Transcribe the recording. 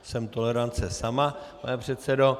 Jsem tolerance sama, pane předsedo.